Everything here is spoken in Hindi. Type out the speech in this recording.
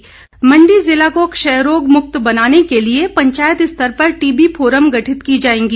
क्षय रोग मंडी जिला को क्षय रोग मुक्त बनाने के लिए पंचायत स्तर पर टीबी फोरम गठित की जाएंगी